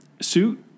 suit